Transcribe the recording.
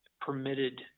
permitted